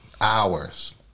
hours